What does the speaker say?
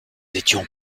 étions